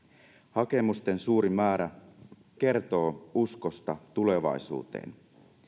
hakemusten suuri määrä kertoo uskosta tulevaisuuteen